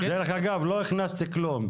דרך אגב, לא הכנסתי כלום.